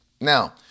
Now